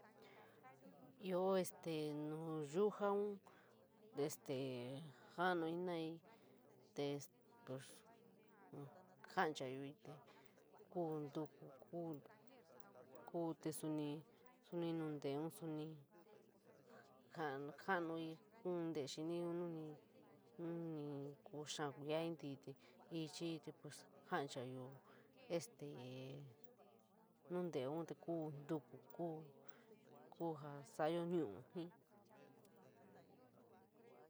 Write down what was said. Ioo este nuyujaun, este ja´a nuñi te pos, panchayo´ii kou ñtuku, ku, te soní, soní nunteeun soní, ja ja´anuí kuun tele xiñii, nu ni, nuni kuu xaa kuia intii´i te pos ja´anchayo este nunteeun te kuu uu ñtuku kuu, kou ja sañayo ñuwiii.